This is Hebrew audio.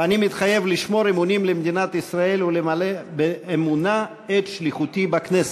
"אני מתחייב לשמור אמונים למדינת ישראל ולמלא באמונה את שליחותי בכנסת".